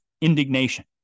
indignation